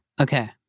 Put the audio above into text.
Okay